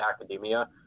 academia